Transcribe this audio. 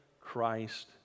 Christ